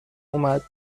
اومد